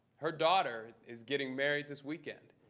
her daughter is getting married this weekend.